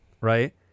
Right